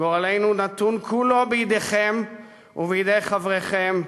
גורלנו נתון כולו בידיכם ובידי חבריכם,